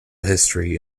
history